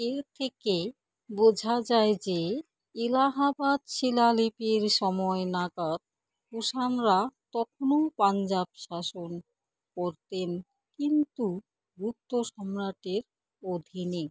এর থেকে বোঝা যায় যে এলাহাবাদ শিলালিপির সময় নাগাদ কুষাণরা তখনো পাঞ্জাব শাসন করতেন কিন্তু গুপ্ত সম্রাটের অধীনে